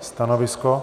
Stanovisko?